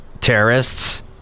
terrorists